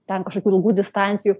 ten kažkokių ilgų distancijų